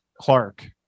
clark